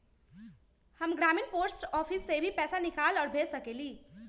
हम ग्रामीण post office से भी पैसा निकाल और भेज सकेली?